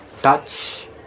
touch